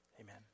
Amen